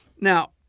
Now